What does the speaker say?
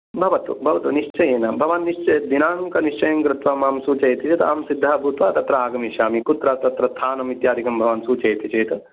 भवतु भवतु निश्चयेन भवान् निश् दिनाङ्कनिश्चयं कृत्वा मां सूचयति चेत् अहं सिद्धः भुत्वा तत्र आगमिष्यामि कुत्र तत्र स्थानं इत्यादिकं भवान् सूचयति चेत्